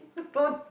don't